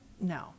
no